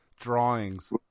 drawings